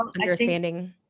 understanding